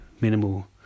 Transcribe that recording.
minimal